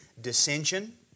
dissension